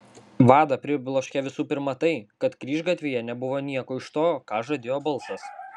vadą pribloškė visų pirma tai kad kryžgatvyje nebuvo nieko iš to ką žadėjo balsas